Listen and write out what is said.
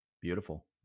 beautiful